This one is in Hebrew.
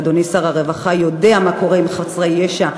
ואדוני שר הרווחה יודע מה קורה עם חסרי ישע.